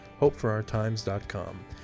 HopeForOurTimes.com